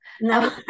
No